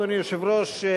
אדוני היושב-ראש: